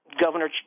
Governor